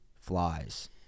flies